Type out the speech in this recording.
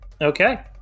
okay